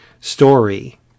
story